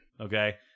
Okay